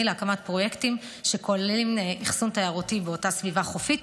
להקמת פרויקטים שכוללים אכסון תיירותי באותה סביבה חופית,